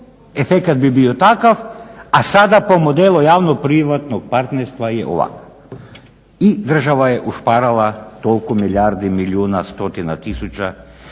efekt bi bio takav, a sada po modelu javno-privatnog partnerstva je ovako i država je ušparala toliko milijardi, milijuna, stotina tisuća,